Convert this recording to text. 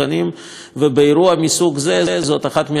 ובאירוע מסוג זה זאת אחת מהשאלות הקריטיות.